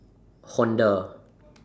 Honda